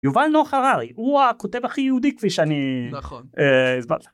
יובל נוח הררי הוא הכותב הכי יהודי כפי שאני. נכון.